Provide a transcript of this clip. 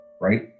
Right